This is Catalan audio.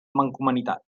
mancomunitat